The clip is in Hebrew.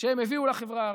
שהם הביאו לחברה הערבית.